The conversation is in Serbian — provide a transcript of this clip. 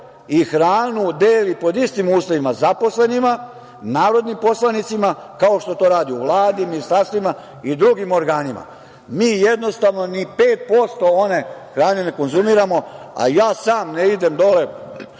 i hranu deli pod istim uslovima zaposlenima, narodnim poslanicima, kao što to radi u Vladi, ministarstvima i drugim organima. Mi jednostavno, ni 5% one hrane ne konzumiramo, a ja sam ne idem dole,